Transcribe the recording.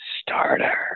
starter